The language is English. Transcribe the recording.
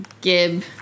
Gib